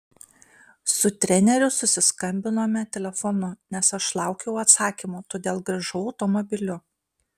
su treneriu susiskambinome telefonu nes aš laukiau atsakymų todėl grįžau automobiliu